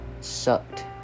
Sucked